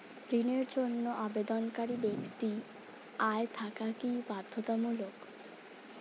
ঋণের জন্য আবেদনকারী ব্যক্তি আয় থাকা কি বাধ্যতামূলক?